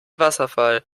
wasserfall